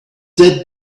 that